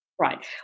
Right